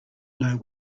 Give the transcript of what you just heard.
know